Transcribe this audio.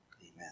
Amen